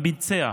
גם ביצע.